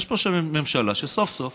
יש פה ממשלה שסוף-סוף